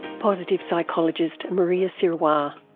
positive psychologist maria sirois.